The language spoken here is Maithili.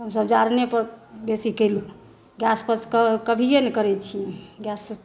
तऽ हमसभ जारनेपर बेसी कयलहुँ गैसपर कभियो नहि करैत छी गैससँ